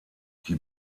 die